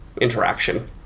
Interaction